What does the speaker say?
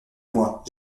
moi